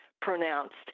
pronounced